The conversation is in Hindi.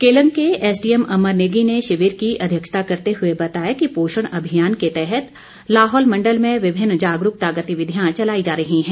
केलंग के एसडीएम अमर नेगी ने शिविर की अध्यक्षता करते हुए बताया कि पोषण अभियान के तहत लाहौल मण्डल में विभिन्न जागरूकता गतिविधियां चलाई जा रही हैं